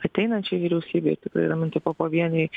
ateinančiai vyriausybei ir tikrai ramintai popovienei